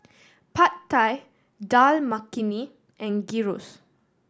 Pad Thai Dal Makhani and Gyros